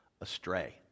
astray